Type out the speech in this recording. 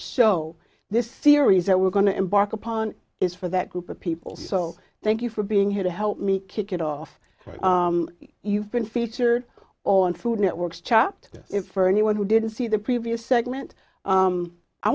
show this series that we're going to embark upon is for that group of people so thank you for being here to help me kick it off you've been featured on food network's chopped it for anyone who didn't see the previous segment